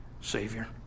Savior